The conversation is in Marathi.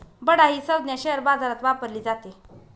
बडा ही संज्ञा शेअर बाजारात वापरली जाते